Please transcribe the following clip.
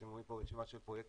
אתם רואים רשימה של פרויקטים.